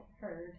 heard